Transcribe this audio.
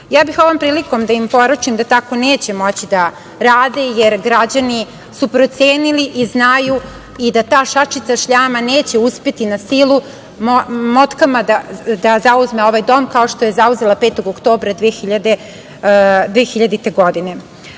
vladaju. Ovom prilikom bih da im poručim da tako neće moći da rade, jer građani su procenili i znaju da ta šačica šljama neće uspeti motkama da zauzme ovaj dom, kao što ga je zauzela 5. oktobra 2000.